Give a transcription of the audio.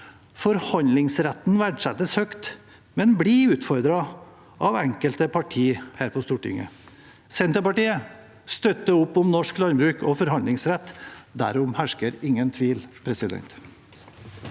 Forhandlingsretten verdsettes høyt, men blir utfordret av enkelte parti her på Stortinget. Senterpartiet støtter opp om norsk landbruk og forhandlingsrett – derom hersker ingen tvil.